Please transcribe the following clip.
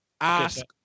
Ask